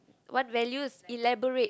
what values elaborate